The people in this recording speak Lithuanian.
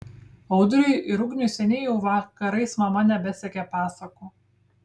audriui ir ugniui seniai jau vakarais mama nebesekė pasakų